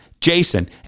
Jason